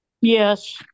Yes